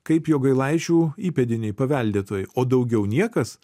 kaip jogailaičių įpėdiniai paveldėtojai o daugiau niekas